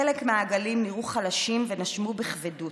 חלק מהעגלים נראו חלשים ונשמו בכבדות.